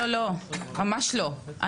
ממש לא,